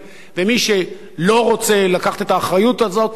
מי שלא רוצה לקחת את האחריות הזאת על עצמו,